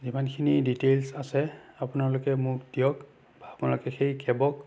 যিমানখিনি ডিটেইলছ আছে আপোনালোকে মোক দিয়ক আপোনালোকে সেই কেবক